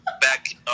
back